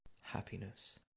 Happiness